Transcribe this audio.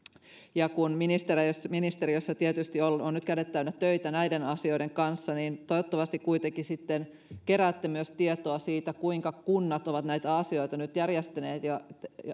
kun ministeriössä tietysti on nyt kädet täynnä töitä näiden asioiden kanssa niin toivottavasti kuitenkin keräätte myös tietoa siitä kuinka kunnat ovat näitä asioita nyt järjestäneet ja